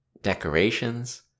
decorations